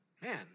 Man